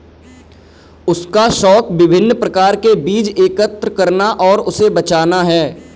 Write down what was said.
उसका शौक विभिन्न प्रकार के बीज एकत्र करना और उसे बचाना है